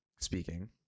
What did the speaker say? speaking